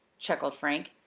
chuckled frank.